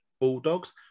Bulldogs